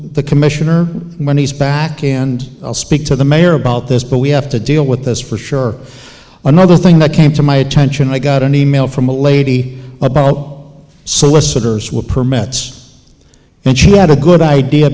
the commissioner when he's back and i'll speak to the mayor about this but we have to deal with this for sure another thing that came to my attention i got an e mail from a lady a borrow solicitors with permits and she had a good idea